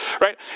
right